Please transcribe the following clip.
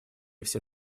все